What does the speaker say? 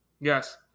Yes